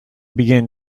begin